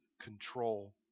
control